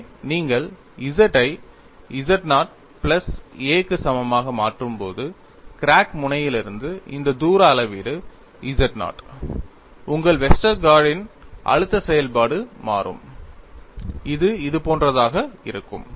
எனவே நீங்கள் z ஐ z0 பிளஸ் a க்கு சமமாக மாற்றும்போது கிராக் முனையிலிருந்து இந்த தூர அளவீடு z0 உங்கள் வெஸ்டர்கார்டின் Westergaard's அழுத்த செயல்பாடு மாறும் இது இதுபோன்றதாக இருக்கும்